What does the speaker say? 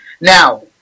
Now